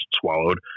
swallowed